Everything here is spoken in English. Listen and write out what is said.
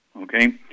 okay